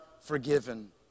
forgiven